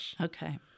Okay